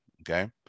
Okay